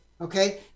okay